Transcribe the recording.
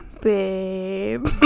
babe